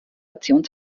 aktion